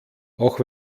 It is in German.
auch